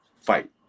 fight